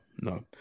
no